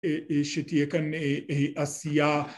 ‫שתהיה כאן אה..עשייה.